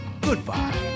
Goodbye